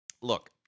Look